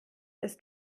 ist